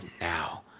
now